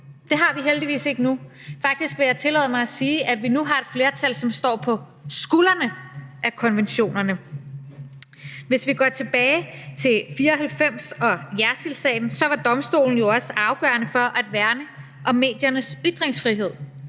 Det har vi heldigvis ikke nu. Faktisk vil jeg tillade mig at sige, at vi nu har et flertal, som står på skuldrene af konventionerne. Hvis vi går tilbage til 1994 og Jersildsagen, var domstolen jo også afgørende for at værne om mediernes ytringsfrihed